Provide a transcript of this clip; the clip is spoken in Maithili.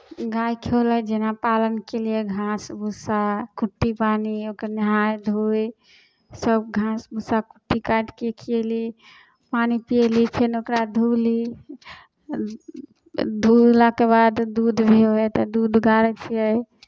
गायके होलै जेना पालन केलियै घास भुस्सा कुट्टी पानि ओकर नहाय धोय सभ घास भुस्सा कुट्टी काटि कऽ खिअयली पानि पिअयली फेन ओकरा धोली धोलाके बाद दूध भी होइ हइ तऽ दूध गारै छियै